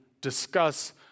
discuss